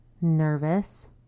nervous